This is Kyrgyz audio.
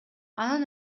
анан